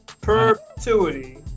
Perpetuity